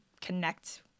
connect